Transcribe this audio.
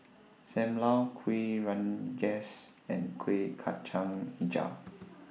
SAM Lau Kuih Rengas and Kueh Kacang Hijau